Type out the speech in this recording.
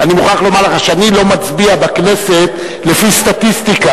אני מוכרח לומר לך שאני לא מצביע בכנסת לפי סטטיסטיקה,